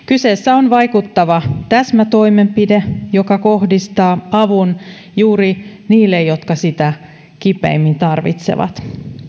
kyseessä on vaikuttava täsmätoimenpide joka kohdistaa avun juuri niille jotka sitä kipeimmin tarvitsevat